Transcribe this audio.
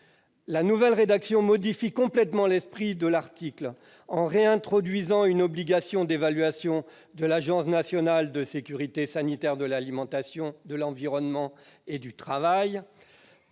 La nouvelle rédaction modifie complètement l'esprit de l'article, en réintroduisant une obligation d'évaluation de l'Agence nationale de sécurité sanitaire de l'alimentation, de l'environnement et du travail